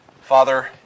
Father